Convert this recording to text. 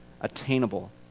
attainable